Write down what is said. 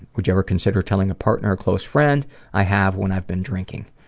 would you ever consider telling a partner or close friend i have when i've been drinking.